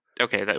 Okay